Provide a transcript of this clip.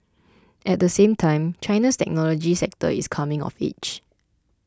at the same time China's technology sector is coming of age